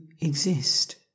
exist